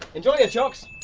enjoy your chocs!